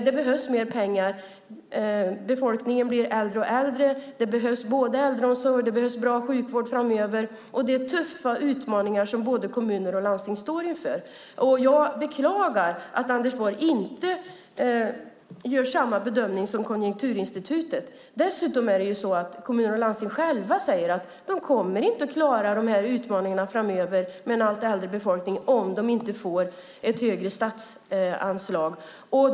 Det behövs mer pengar. Befolkningen blir allt äldre. Det behövs både äldreomsorg och en bra sjukvård framöver. Det är tuffa utmaningar som kommunerna och landstingen står inför. Jag beklagar att Anders Borg inte gör samma bedömning som Konjunkturinstitutet. Dessutom är det så att kommuner och landsting själva säger att de inte kommer att klara de här utmaningarna framöver med en allt äldre befolkning om de inte får högre statsanslag.